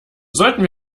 sollten